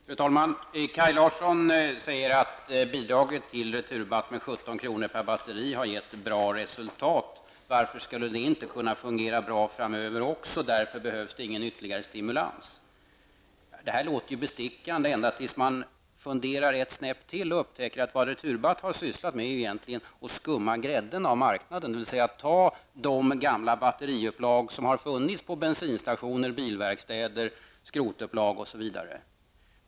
Fru talman! Kaj Larsson säger att bidraget till Returbatt med 17 kr. per batteri har gett bra resultat. Varför skulle det då inte fungera bra framöver också, frågar Kaj Larsson och menar att det inte behövs någon ytterligare stimulans. Det där låter ju bestickande, ända till dess man funderar ett snäpp till och upptäcker att vad Returbatt egentligen har sysslat med är att skumma grädden av marknaden. Man har tagit hand om de gamla batteriupplag som funnits på bensinstationer, bilverkstäder, skrotupplag osv.